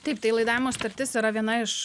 taip tai laidavimo sutartis yra viena iš